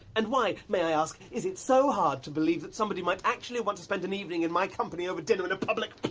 and why may i ask is it so hard to believe that somebody might actually want to spend an evening in my company over dinner in a public but